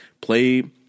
play